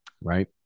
Right